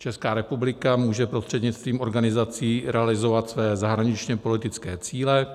Česká republika může prostřednictvím organizací realizovat své zahraničněpolitické cíle,